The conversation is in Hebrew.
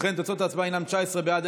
חוק הרשויות המקומיות (בחירות) (תיקון מס' 52,